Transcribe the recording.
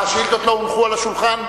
השאילתות לא הונחו על השולחן?